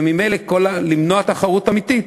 וממילא למנוע תחרות אמיתית,